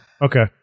okay